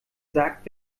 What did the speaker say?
sagt